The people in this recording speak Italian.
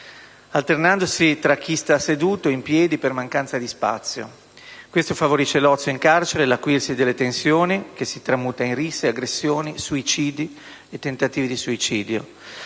alternandosi tra chi sta seduto e in piedi per mancanza di spazio; questo favorisce l'ozio in carcere e l'acuirsi della tensione, che si tramuta in risse, aggressioni, suicidi e tentativi di suicido,